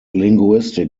linguistic